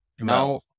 Now